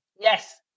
yes